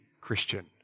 Christian